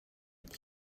die